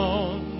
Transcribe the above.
on